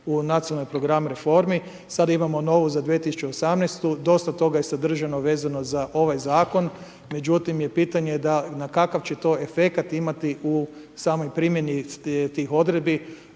u nacionalni program reformi. Sada imamo novu za 2018., dosta toga je sadržano, vezano za ovaj zakon, međutim i pitanje je da, kakav će to efekt imati u samoj primjeni tih odredbi.